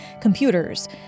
computers